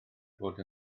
bod